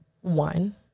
One